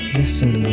listen